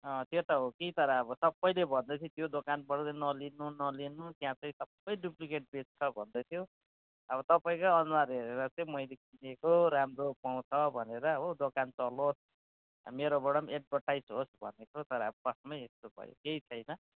त्यो त हो कि तर अब सबैले भन्दैथियो त्यो दोकानबाट चाहिँ नलिनु नलिनु त्यहाँ चाहिँ सबै डुप्लिकेट बेच्छ भन्दैथियो अब तपाईँकै अनुहार हेरेर चाहिँ मैले किनेको राम्रो पाउँछ भनेर हो दोकान चलोस् मेरोबाट पनि एडभर्टाइज होस् भनेको तर फर्स्टमै यस्तो भयो तर केही छैन